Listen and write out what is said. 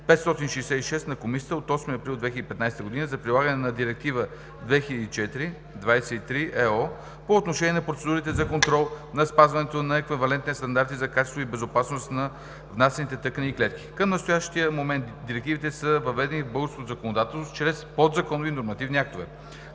на Комисията от 8 април 2015 г. за прилагане на Директива 2004/23/ЕО по отношение на процедурите за контрол на спазването на еквивалентните стандарти за качество и безопасност на внасяните тъкани и клетки (ОВ, L 93, 09/04/2015). Към настоящия момент директивите са въведени в българското законодателство чрез подзаконови нормативни актове.